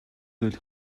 зүйл